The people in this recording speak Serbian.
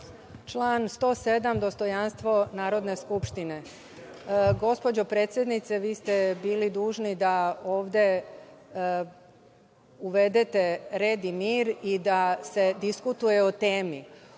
Član 107. – dostojanstvo Narodne skupštine. Gospođo predsednice, vi ste bili dužni da ovde uvedete red i mir i da se diskutuje o temi.